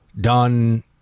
done